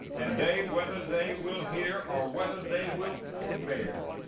and they, whether they will hear, or whether they will forbear,